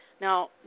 Now